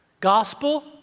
Gospel